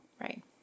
Right